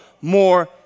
more